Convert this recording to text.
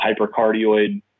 hypercardioid